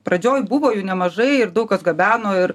pradžioj buvo jų nemažai ir daug kas gabeno ir